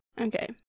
Okay